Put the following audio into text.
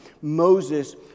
Moses